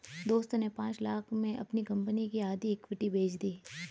दोस्त ने पांच लाख़ में अपनी कंपनी की आधी इक्विटी बेंच दी